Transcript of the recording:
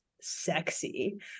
sexy